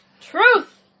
Truth